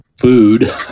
food